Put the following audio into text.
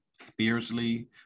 spiritually